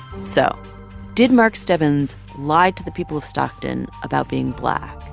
so did mark stebbins lie to the people of stockton about being black?